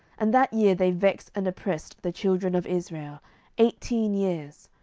and that year they vexed and oppressed the children of israel eighteen years,